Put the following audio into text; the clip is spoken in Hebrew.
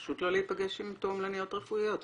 פשוט לא להיפגש עם תועמלניות רפואיות.